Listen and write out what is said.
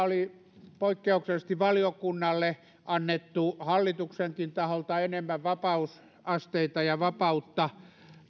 oli poikkeuksellisesti valiokunnalle annettu hallituksenkin taholta enemmän vapausasteita ja vapautta